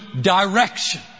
direction